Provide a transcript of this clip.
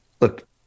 look